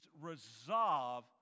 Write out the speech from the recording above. resolve